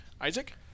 Isaac